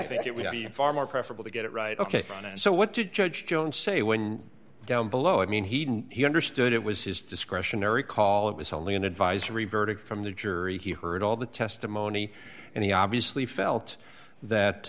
think it would be far more preferable to get it right ok so what did judge jones say when down below i mean he he understood it was his discretionary call it was only an advisory verdict from the jury he heard all the testimony and he obviously felt that